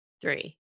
three